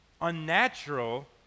Unnatural